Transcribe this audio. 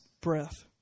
breath